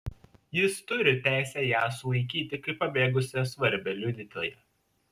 jis turi teisę ją sulaikyti kaip pabėgusią svarbią liudytoją